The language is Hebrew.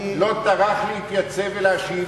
לא טרח להתייצב ולהשיב,